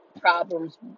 problems